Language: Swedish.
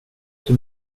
till